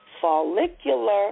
follicular